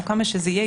או כמה שזה יהיה,